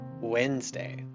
Wednesday